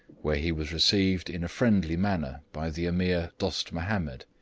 where he was received in a friendly manner by the ameer dost mahomed.